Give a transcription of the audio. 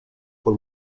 por